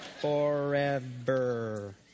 Forever